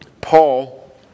Paul